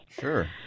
sure